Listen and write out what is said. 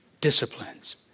disciplines